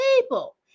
people